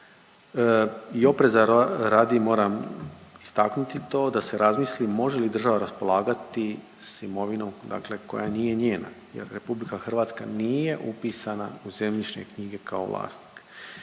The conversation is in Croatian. i opreza radi moram istaknuti to da se razmisli može li država raspolagati s imovinom dakle koja nije njena. Jer RH nije upisana u zemljišne knjige kao vlasnik.